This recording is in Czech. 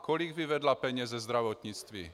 Kolik vyvedla peněz ze zdravotnictví?